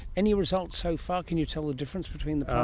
any results so far? can you tell the difference between the